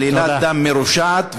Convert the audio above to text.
עלילת דם מרושעת.